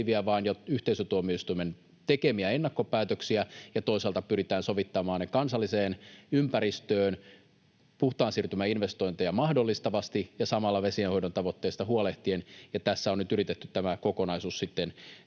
vaan yhteisötuomioistuimen tekemiä ennakkopäätöksiä, ja toisaalta pyritään sovittamaan ne kansalliseen ympäristöön puhtaan siirtymän investointeja mahdollistavasti ja samalla vesienhoidon tavoitteesta huolehtien. Tässä on nyt yritetty tämä kokonaisuus